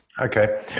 Okay